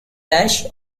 dash